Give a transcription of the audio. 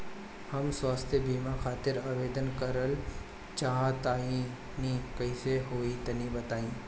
हम स्वास्थ बीमा खातिर आवेदन करल चाह तानि कइसे होई तनि बताईं?